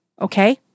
okay